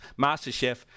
MasterChef